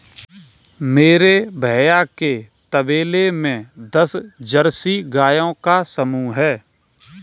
मेरे भैया के तबेले में दस जर्सी गायों का समूह हैं